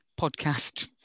podcast